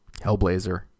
Hellblazer